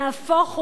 נהפוך הוא,